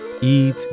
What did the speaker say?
eat